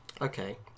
Okay